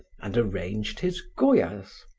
and arranged his goyas.